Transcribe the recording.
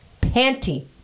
panty